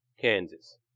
Kansas